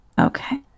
Okay